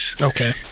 Okay